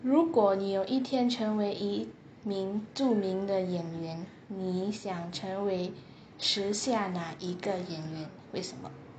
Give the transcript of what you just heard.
如果你有一天成为一名著名的演员你想成为实现那一个演员为什么